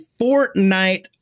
Fortnite